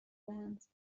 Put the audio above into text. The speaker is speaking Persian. دهند